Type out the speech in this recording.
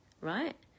right